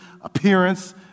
appearance